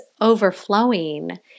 overflowing